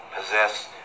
possess